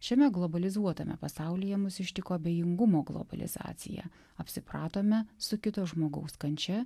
šiame globalizuotame pasaulyje mus ištiko abejingumo globalizaciją apsipratome su kito žmogaus kančia